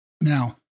Now